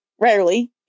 rarely